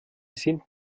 sind